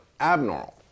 abnormal